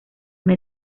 una